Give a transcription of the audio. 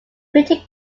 pretty